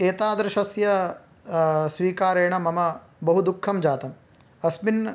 एतादृशस्य स्वीकारेण मम बहु दुःखं जातम् अस्मिन्